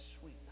sweet